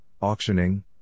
auctioning